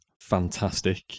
fantastic